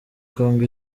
congo